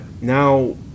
Now